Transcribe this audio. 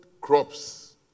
crops